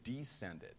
descended